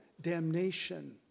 damnation